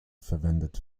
verwendet